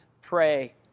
pray